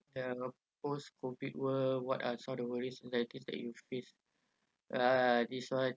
ya you know post COVID world what are some of worries that you face uh this one